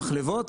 המחלבות,